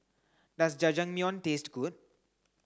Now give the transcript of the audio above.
does Jajangmyeon taste good